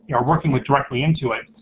yeah are working with directly into it,